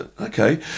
okay